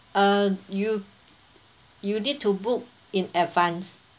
uh you you need to book in advance